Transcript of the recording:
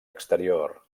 exterior